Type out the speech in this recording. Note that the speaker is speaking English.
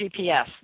GPS